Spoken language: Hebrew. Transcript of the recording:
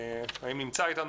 האם נמצא איתנו